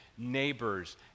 Neighbors